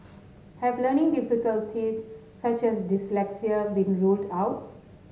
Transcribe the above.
have learning difficulties such as dyslexia been ruled out